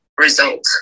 result